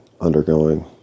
undergoing